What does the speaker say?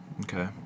Okay